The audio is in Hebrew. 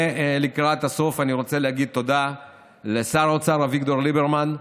לקראת הסוף אני רוצה להגיד תודה לשר האוצר אביגדור ליברמן,